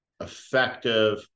effective